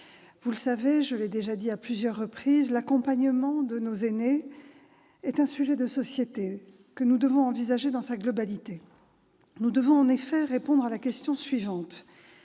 Vous le savez, et je l'ai déjà dit à plusieurs reprises, l'accompagnement de nos aînés est un sujet de société qu'il importe d'envisager dans sa globalité. Nous devons, en effet, répondre à la question suivante